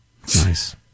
Nice